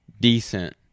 decent